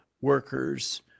workers